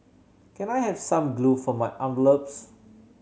can I have some glue for my envelopes